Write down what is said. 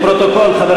לפרוטוקול: חבר